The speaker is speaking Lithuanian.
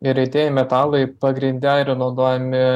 ir retieji metalai pagrinde yra naudojami